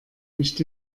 nicht